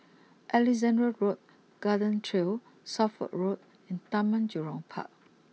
Alexandra Road Garden Trail Suffolk Road and Taman Jurong Park